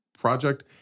project